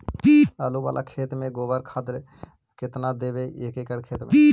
आलु बाला खेत मे गोबर बाला खाद केतना देबै एक एकड़ खेत में?